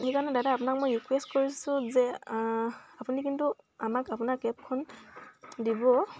সেইকাৰণে দাদা আপোনাক মই ৰিকুৱেষ্ট কৰিছোঁ যে আপুনি কিন্তু আমাক আপোনাৰ কেবখন দিব